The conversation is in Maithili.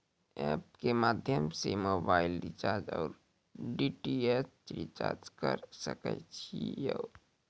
एप के माध्यम से मोबाइल रिचार्ज ओर डी.टी.एच रिचार्ज करऽ सके छी यो?